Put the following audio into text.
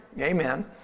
Amen